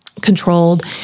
controlled